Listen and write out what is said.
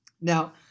Now